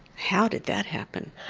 how did that happen?